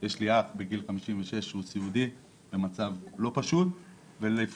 יש לי אח בגיל 56 שהוא סיעודי במצב לא פשוט ולפני